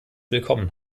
willkommen